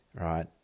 right